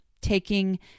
taking